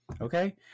Okay